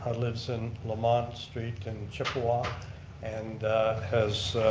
lives in lamonte street in chippawa and has